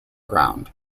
ground